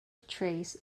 trays